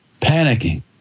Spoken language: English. Panicking